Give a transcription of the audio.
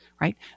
right